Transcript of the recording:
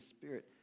Spirit